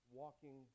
walking